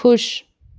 खुश